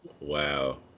Wow